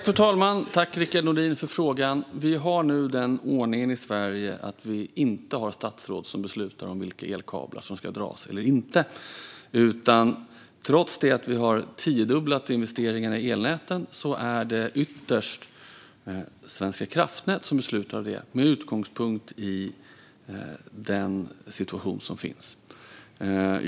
Fru talman! Tack, Rickard Nordin, för frågan! Vi har nu den ordningen i Sverige att vi inte har statsråd som beslutar om vilka elkablar som ska dras eller inte. Trots att vi har tiodubblat investeringarna i elnäten är det ytterst Svenska kraftnät som beslutar med utgångspunkt i den situation som råder.